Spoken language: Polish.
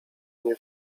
mnie